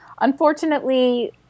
unfortunately